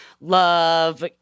love